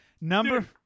Number